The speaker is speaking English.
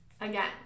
again